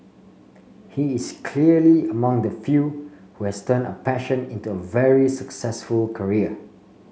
he is clearly among the few who has turned a passion into a very successful career